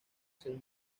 seis